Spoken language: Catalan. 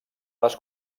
les